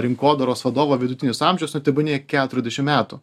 rinkodaros vadovo vidutinis amžius nu tebūnie keturiasdešim metų